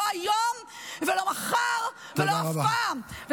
לא היום ולא מחר ולא אף פעם.